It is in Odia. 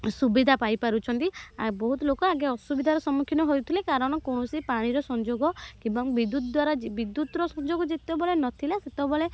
ସୁବିଧା ପାଇପାରୁଛନ୍ତି ବହୁତ ଲୋକ ଆଗେ ଅସୁବିଧାର ସମ୍ମୁଖୀନ ହେଉଥିଲେ କାରଣ କୌଣସି ପାଣିର ସଂଯୋଗ ଏବଂ ବିଦ୍ୟୁତ୍ ଦ୍ୱାରା ବିଦ୍ୟୁତ୍ର ସଂଯୋଗ ଯେତେବେଳେ ନଥିଲା ସେତେବେଳେ